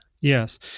Yes